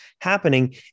happening